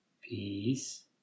peace